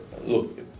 look